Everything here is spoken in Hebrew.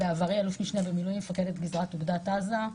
אני בעברי אל"מ במילואים מפקדת גזרת אוגדת עזה.